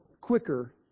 quicker